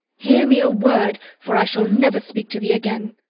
hear me a word for i shall never speak to thee again.